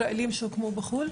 שהוקמו בחו"ל?